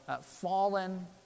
fallen